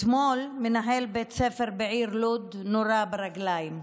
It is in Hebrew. אתמול מנהל בית ספר בעיר לוד נורה ברגליים,